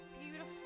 beautiful